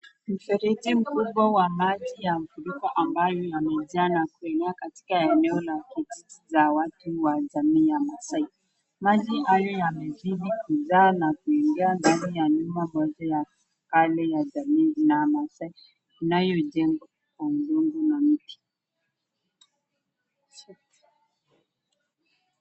Mfereji mkubwa wa maji ya mvua ambayo yamejaa na kuingia katika eneo la Kijiji cha watu wa jamii ya Maasai, Maji hayo yamezidi kujaa na kuingia ndani ya nyumba ya kale ya jamii ya Maasai inayochengwa kwa udongo na miti.